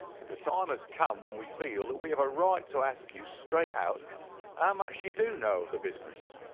but the time has come when we feel that we have a right to ask you straight how ah much you do know of the business.